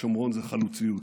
השומרון זה חלוציות,